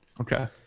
Okay